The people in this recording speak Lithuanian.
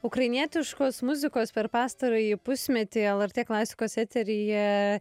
ukrainietiškos muzikos per pastarąjį pusmetį lrt klasikos eteryje